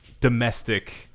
domestic